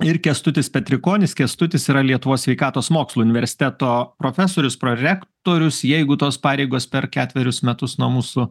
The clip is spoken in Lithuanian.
ir kęstutis petrikonis kęstutis yra lietuvos sveikatos mokslų universiteto profesorius prorektorius jeigu tos pareigos per ketverius metus nuo mūsų